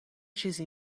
چیزی